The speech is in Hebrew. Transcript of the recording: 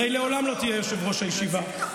הרי לעולם לא תהיה יושב-ראש הישיבה.